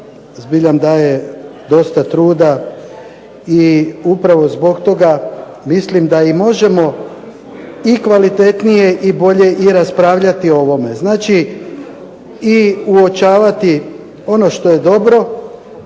zbiljam daje dosta truda i upravo zbog toga mislim da i možemo i kvalitetnije i bolje i raspravljati o ovome. Znači i uočavati ono što je dobro,